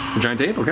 giant ape,